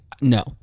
No